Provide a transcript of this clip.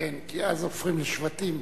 כי אז הופכים לשבטים,